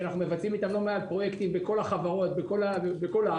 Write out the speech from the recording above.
ואנחנו מבצעים איתן לא מעט פרויקטים בכל החברות בכל הארץ.